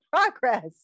progress